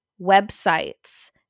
websites